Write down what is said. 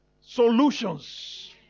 Solutions